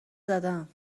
زدم